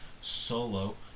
Solo